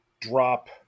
drop